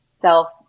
self